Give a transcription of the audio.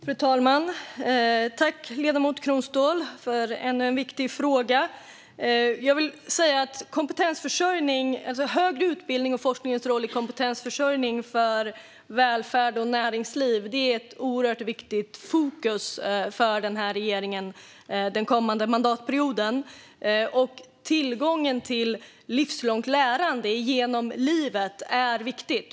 Fru talman! Tack, ledamot Kronståhl, för en viktig fråga! Den högre utbildningens och forskningens roll för kompetensförsörjningen inom välfärd och näringsliv är ett oerhört viktigt fokus för denna regering den kommande mandatperioden. Tillgång till livslångt lärande är viktigt.